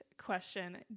question